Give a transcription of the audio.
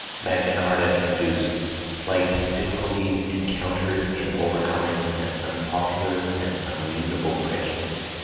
magna charta introduced slight difficulties encountered in overcoming an unpopular and unreasonable prejudice